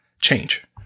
change